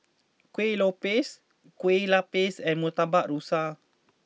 Kueh Lopes Kueh Lapis and Murtabak Rusa